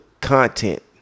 content